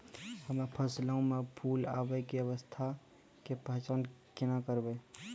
हम्मे फसलो मे फूल आबै के अवस्था के पहचान केना करबै?